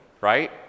right